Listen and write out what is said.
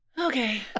Okay